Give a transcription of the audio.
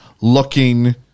looking